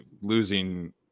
losing